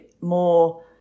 more